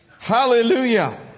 Hallelujah